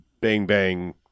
bang-bang